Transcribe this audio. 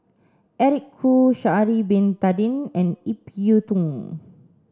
Eric Khoo Sha'ari bin Tadin and Ip Yiu Tung